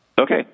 Okay